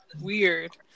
weird